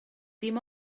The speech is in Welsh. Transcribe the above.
dim